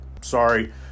Sorry